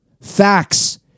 Facts